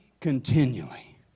continually